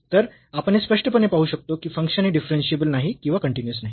तर आपण हे स्पष्टपणे पाहू शकतो की फंक्शन हे डिफरन्शियेबल नाही किंवा कन्टीन्यूअस नाही